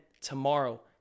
tomorrow